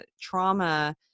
trauma